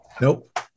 Nope